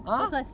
!huh!